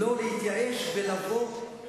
אתה משווה את